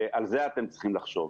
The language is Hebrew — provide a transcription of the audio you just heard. ועל זה אתם צריכים לחשוב.